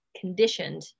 conditioned